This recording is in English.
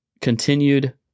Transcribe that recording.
continued